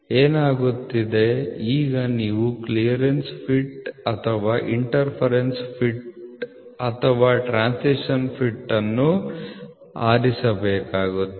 ಏನಾಗುತ್ತದೆ ಈಗ ನೀವು ಕ್ಲಿಯರೆನ್ಸ್ ಫಿಟ್ ಅಥವಾ ಇನ್ಟರ್ಫೀರನ್ಸ ಫಿಟ್ ಅಥವಾ ಟ್ರಾನ್ಸಿಶನ್ ಫಿಟ್ ಅನ್ನು ಆರಿಸಬೇಕಾಗುತ್ತದೆ